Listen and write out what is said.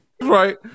Right